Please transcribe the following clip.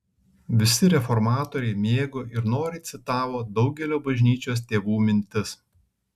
visi reformatoriai mėgo ir noriai citavo daugelio bažnyčios tėvų mintis